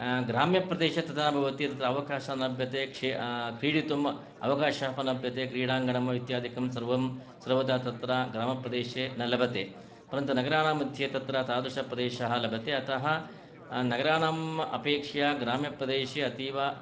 ग्राम्यप्रदेशे तथा भवति तत्र अवकाश न लभ्यते क्रीडितुम् अवकाशप् न लभ्यते क्रीडाङ्गणं इत्यादिकं सर्वं सर्वदा तत्र ग्रामप्रदेशे न लभते परन्तु नगराणां मध्ये तत्र तादुश्यप्रदेशः लभते अतः नगराणाम् अपेक्ष्य ग्राम्यपदेशे अतीव